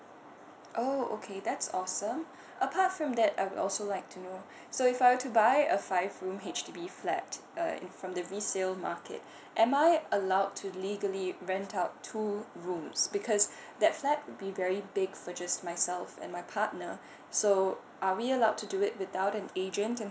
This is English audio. oh okay that's awesome apart from that I would also like to know so if I were to buy a five room H_D_B flat uh in from the resale market am I allowed to legally rent out two rooms because that flat will be very big for just myself and my partner so are we allowed to do it without an agent and